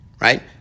right